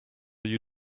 you